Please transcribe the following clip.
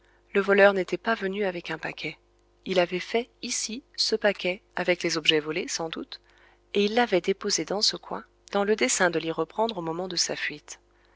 le voleur n'était pas venu avec un paquet il avait fait ici ce paquet avec les objets volés sans doute et il l'avait déposé dans ce coin dans le dessein de l'y reprendre au moment de sa fuite